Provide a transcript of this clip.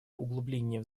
углубления